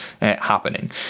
happening